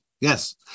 Yes